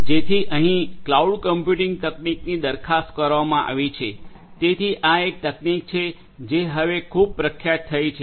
જેથી અહીં આ ક્લાઉડ કમ્પ્યુટિંગ તકનીકની દરખાસ્ત કરવામાં આવી છે તેથી આ એક તકનીક છે જે હવે ખૂબ પ્રખ્યાત થઈ છે